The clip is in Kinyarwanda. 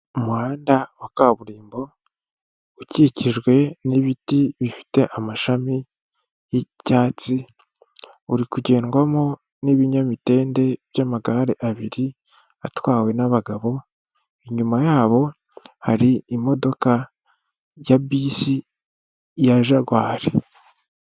Umuhanda wa kaburimbo ukikijwe n'ibiti bifite amashami y'icyatsi, uri kugendwamo n'ibinyamitende by'amagare abiri atwawe n'abagabo, inyuma yabo hari imodoka ya bisi ya Jagwari.